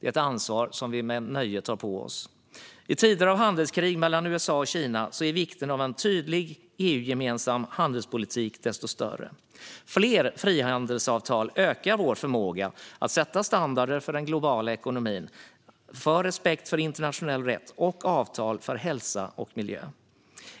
Det är ett ansvar som vi med nöje tar på oss. I tider av handelskrig mellan USA och Kina är vikten av en tydlig EU-gemensam handelspolitik desto större. Fler frihandelsavtal ökar vår förmåga att sätta standarden för den globala ekonomin, för respekt för internationell rätt samt för avtal för hälsa och miljö.